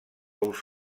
ous